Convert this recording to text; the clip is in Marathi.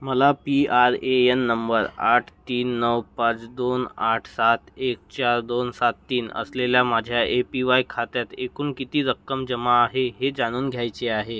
मला P R A N number आठ तीन नऊ पाच दोन आठ सात एक चार दोन सात तीन असलेल्या माझ्या ए पी वाय खात्यात एकूण किती रक्कम जमा आहे हे जाणून घ्यायचे आहे